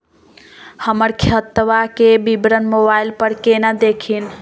हमर खतवा के विवरण मोबाईल पर केना देखिन?